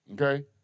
Okay